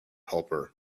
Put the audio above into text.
helper